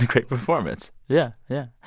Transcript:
great performance. yeah. yeah.